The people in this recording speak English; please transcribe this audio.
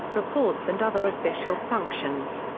reports and other official functions.